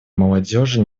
молодежи